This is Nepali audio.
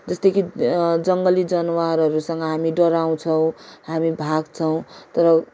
जस्तै कि जङ्गली जनावरहरूसँग हामी डराउँछौँ हामी भाग्छौँ तर